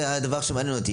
זה דבר שמעניין אותי.